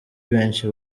benshi